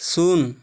ଶୂନ୍